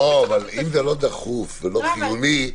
לא דחוף ולא חיוני,